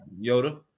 Yoda